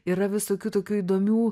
yra visokių tokių įdomių